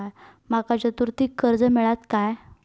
माका चतुर्थीक कर्ज मेळात काय?